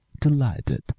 Delighted